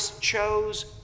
chose